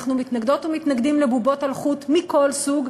אנחנו מתנגדות ומתנגדים לבובות על חוט מכל סוג,